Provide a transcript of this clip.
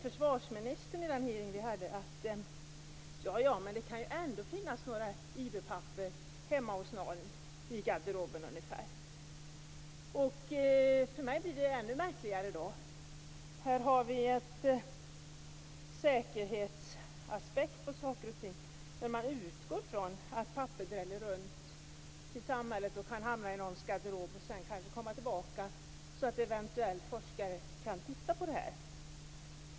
Försvarsministern sade ungefär så här vid den hearing som vi hade: Ja ja, men det kan ju ändå finnas några För mig blir detta ännu märkligare, för här har vi en säkerhetsaspekt på saker och ting, men ändå utgår man från att papper dräller runt i samhället, kan hamna i någons garderob och sedan kanske komma tillbaka så att eventuell forskare kan titta på dem.